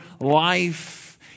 life